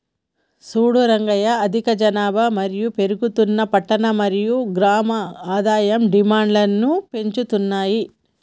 సూడు రంగయ్య అధిక జనాభా మరియు పెరుగుతున్న పట్టణ మరియు గ్రామం ఆదాయం డిమాండ్ను పెంచుతున్నాయి